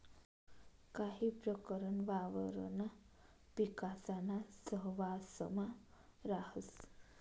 काही प्रकरण वावरणा पिकासाना सहवांसमा राहस